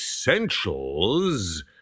Essentials